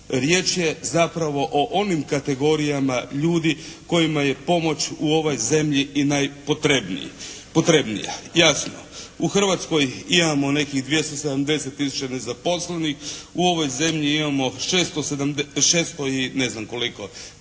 Riječ je zapravo o onim kategorijama ljudi kojima je pomoć u ovoj zemlji i najpotrebnija. Jasno u Hrvatskoj imamo nekih 270 tisuća nezaposlenih, u ovoj zemlji imamo 600 i neznam koliko,